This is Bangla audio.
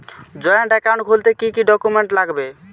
জয়েন্ট একাউন্ট খুলতে কি কি ডকুমেন্টস লাগবে?